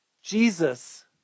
Jesus